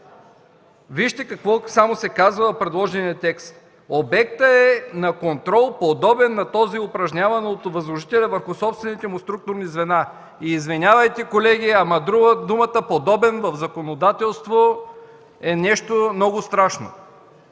Вижте само какво се казва в предложения текст: „Обектът е на контрол, подобен на този, упражняван от възложителя върху собствените му структурни звена”. Извинявайте, колеги, но думата „подобен” в законодателство е нещо много страшно